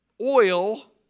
oil